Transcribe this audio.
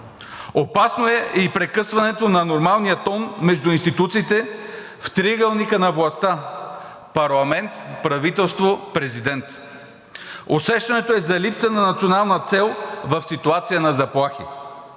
Опасно е и прекъсването на нормалния тон между институциите в триъгълника на властта: парламент – правителство – президент. Усещането е за липса на национална цел в ситуацията на заплахи.